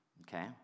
okay